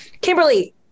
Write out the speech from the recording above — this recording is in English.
kimberly